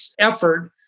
effort